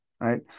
right